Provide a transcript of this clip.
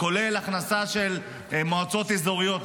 כולל ההכנסה של מועצות אזוריות,